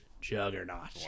juggernaut